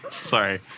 Sorry